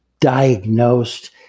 diagnosed